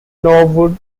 norwood